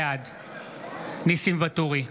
בעד ניסים ואטורי,